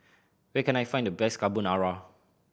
where can I find the best Carbonara